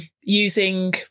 using